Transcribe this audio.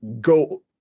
go